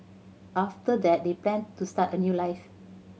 after that they planned to start a new life